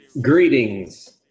Greetings